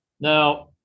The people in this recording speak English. Now